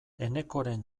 enekoren